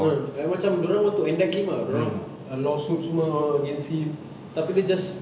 no no no like macam dorang want to indict him ah dorang lawsuit semua against him tapi dia just